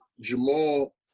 Jamal